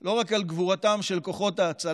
לא רק על גבורתם של כוחות ההצלה.